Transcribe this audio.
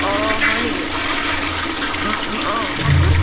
অঁ হয় নেকি অঁ অঁ অঁ কওকচোন